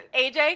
AJ